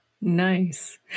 Nice